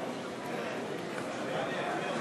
רק רגע,